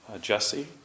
Jesse